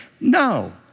No